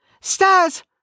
Stairs